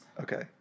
Okay